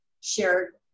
shared